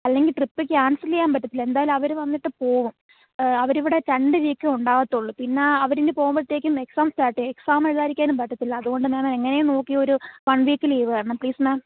അല്ലെങ്കിൽ trip cancel ചെയ്യാൻ പറ്റത്തില്ല എന്തായാലും അവർ വന്നിട്ട് പോവും അവരിവിടെ രണ്ട് വീക്കേ ഉണ്ടാവത്തുള്ളൂ പിന്നെ അവരിങ്ങ് പോവുമ്പഴത്തേക്കും എക്സാം സ്റ്റാർട്ട് ചെയ്യും എക്സാം എഴുതാതിരിക്കാനും പറ്റത്തില്ല അതുകൊണ്ടാ മാം എങ്ങനെയും നോക്കി ഒരു വൺ വീക്ക് ലീവ് തരണം പ്ലീസ് മാം